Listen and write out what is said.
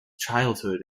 childhood